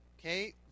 Okay